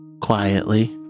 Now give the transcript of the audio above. Quietly